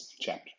chapter